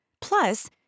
Plus